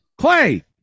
Clay